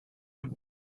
him